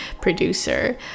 producer